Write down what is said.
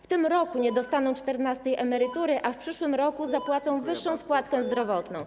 W tym roku nie dostaną czternastej emerytury, a w przyszłym roku zapłacą wyższą składkę zdrowotną.